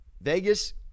Vegas